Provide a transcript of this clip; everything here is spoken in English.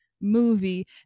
movie